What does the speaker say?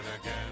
again